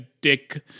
dick